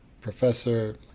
professor